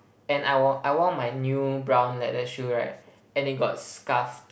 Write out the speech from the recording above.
and I wore I wore my new brown leather shoe right and it got scuffed